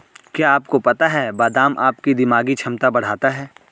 क्या आपको पता है बादाम आपकी दिमागी क्षमता बढ़ाता है?